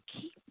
keep